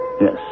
Yes